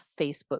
Facebook